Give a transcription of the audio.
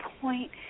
point